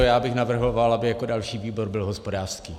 Já bych navrhoval, aby jako další výbor byl hospodářský.